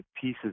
pieces